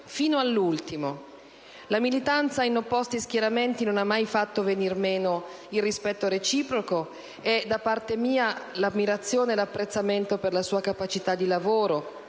fino all'ultimo. La militanza in opposti schieramenti non ha mai fatto venir meno il rispetto reciproco e, da parte mia, l'ammirazione e l'apprezzamento per la sua capacità di lavoro,